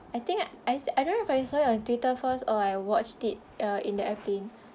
I think I I don't know if I saw it on Twitter first or I watched it uh in the airplane